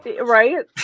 Right